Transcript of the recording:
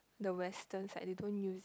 the Western side they don't use it